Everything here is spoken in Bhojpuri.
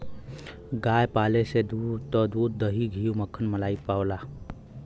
गाय पाले से तू दूध, दही, घी, मक्खन, मलाई पइबा